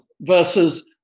versus